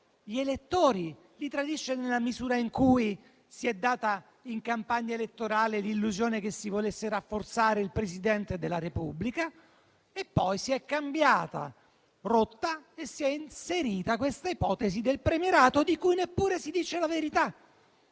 gli elettori, nella misura in cui si è data, in campagna elettorale, l'illusione che si volesse rafforzare il Presidente della Repubblica e poi si è cambiata rotta e si è inserita questa ipotesi del premierato, su cui neppure si dice la verità,